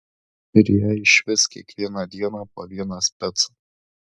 ir jai išvis kiekvieną dieną po vieną specą